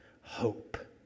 hope